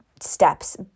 steps